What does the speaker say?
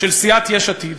של סיעת יש עתיד,